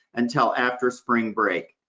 until after spring break.